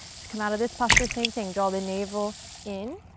to come out of this posture, same thing, draw the navel in,